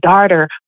daughter